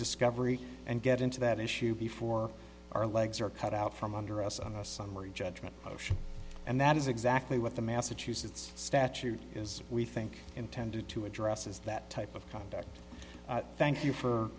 discovery and get into that issue before our legs are cut out from under us a summary judgment motion and that is exactly what the massachusetts statute is we think intended to address is that type of conduct thank you for